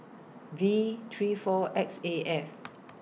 V three four X A F